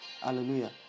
Hallelujah